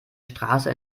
straße